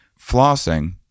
flossing